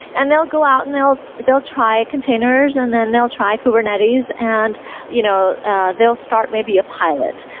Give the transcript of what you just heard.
and they'll go out and they'll they'll try containers and then they'll try kubernetes and you know ah they'll start maybe a pilot.